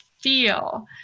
feel